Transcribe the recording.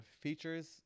features